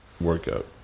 workout